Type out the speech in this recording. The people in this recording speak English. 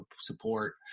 support